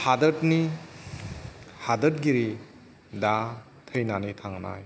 हादोरनि हादोरगिरि दा थैनानै थांनाय